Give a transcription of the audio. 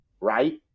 Right